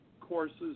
courses